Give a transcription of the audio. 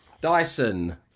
Dyson